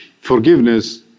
Forgiveness